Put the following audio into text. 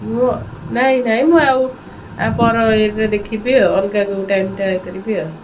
ମୁଁ ନାଇଁ ନାଇଁ ମୁଁ ଆଉ ଆ ପର ଇଏରେ ଦେଖିବି ଆଉ ଅଲଗା କେଉଁ ଟାଇମ୍ଟା ଇଏ କରିବି ଆଉ